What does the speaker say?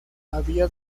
había